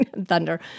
Thunder